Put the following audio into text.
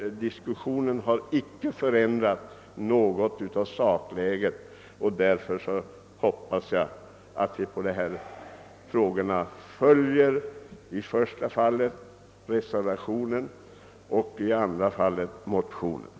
Diskussionen har icke visat att sakläget på något sätt har förändrats, och därför hoppas jag att kammaren i det första fallet följer reservanterna och i det andra fallet motionärerna.